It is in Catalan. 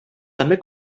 també